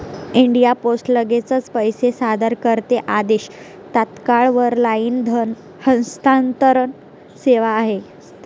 India post लगेचच पैसे सादर करते आदेश, तात्काळ वर लाईन धन हस्तांतरण सेवा आहे